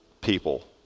people